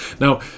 Now